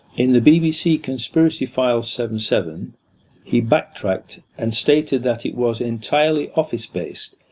in the bbc conspiracy files seven seven he backtracked and stated that it was entirely office-based,